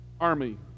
army